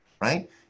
right